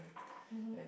and